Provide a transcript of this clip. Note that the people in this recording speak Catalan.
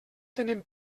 tenen